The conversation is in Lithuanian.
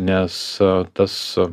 nes tas